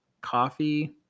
coffee